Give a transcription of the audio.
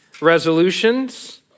resolutions